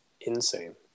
Insane